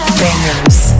bangers